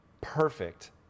perfect